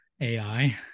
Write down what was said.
AI